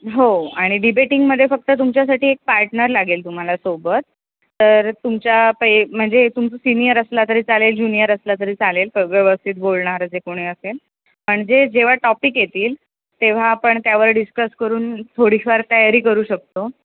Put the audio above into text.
हो आणि डिबेटिंगमध्ये फक्त तुमच्यासाठी एक पार्टनर लागेल तुम्हाला सोबत तर तुमच्या पै म्हणजे तुमचा सिनियर असला तरी चालेल ज्युनिअर असला तरी चालेल तो व्यवस्थित बोलणारं जे कोणी असेल पण जे जेव्हा टॉपिक येतील तेव्हा आपण त्यावर डिस्कस करून थोडीफार तयारी करू शकतो